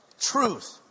truth